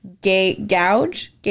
gauge